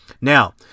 Now